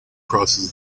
crosses